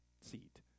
seat